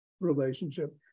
relationship